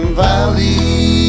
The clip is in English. valley